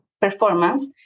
performance